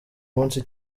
munsi